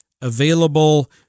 available